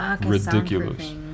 ridiculous